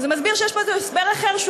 וזה מסביר שיש פה איזה הסבר אחר שהוא